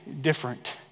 different